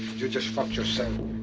you just fucked yourself.